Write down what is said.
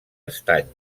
estany